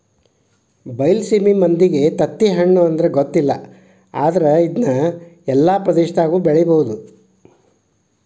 ಬೈಲಸೇಮಿ ಮಂದಿಗೆ ತತ್ತಿಹಣ್ಣು ಅಂದ್ರ ಗೊತ್ತಿಲ್ಲ ಆದ್ರ ಇದ್ನಾ ಎಲ್ಲಾ ಪ್ರದೇಶದಾಗು ಬೆಳಿಬಹುದ